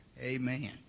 Amen